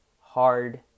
hard